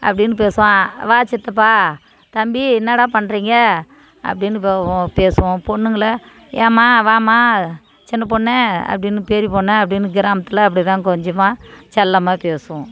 அப்படின்னு பேசுவோம் வா சித்தப்பா தம்பி என்னாடா பண்ணுறிங்க அப்படின்னு பேசுவோம் பொண்ணுங்களை ஏம்மா வாம்மா சின்ன பொண்ணு அப்படின்னு பெரிய பொண்ணு அப்படின்னு கிராமத்தில் அப்படிதான் கொஞ்சமாக செல்லமாக பேசுவோம்